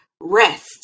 rest